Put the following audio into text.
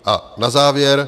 A na závěr.